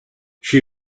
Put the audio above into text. she